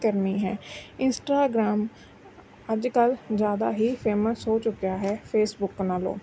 ਕਰਨੀ ਹੈ ਇੰਸਟਾਗ੍ਰਾਮ ਅੱਜ ਕੱਲ੍ਹ ਜ਼ਿਆਦਾ ਹੀ ਫੇਮਸ ਹੋ ਚੁੱਕਿਆ ਹੈ ਫੇਸਬੁੱਕ ਨਾਲੋਂ